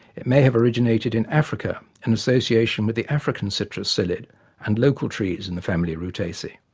it may have originated in africa in association with the african citrus psyllid and local trees in the family rutaceae,